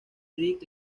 rick